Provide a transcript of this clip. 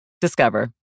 Discover